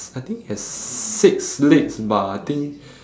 I think has six legs but I think